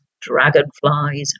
dragonflies